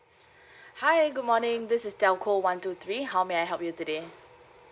hi good morning this is telco one two three how may I help you today